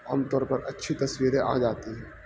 عام طور پر اچھی تصویریں آ جاتی ہیں